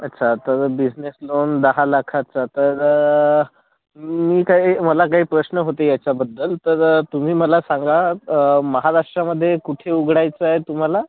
अच्छा तर business loan दहा लाखाचं तर मी काही मला काही प्रश्न होते याच्याबद्दल तर तुम्ही मला सांगा महाराष्ट्रामधे कुठे उघडायचं आहे तुम्हाला